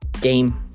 game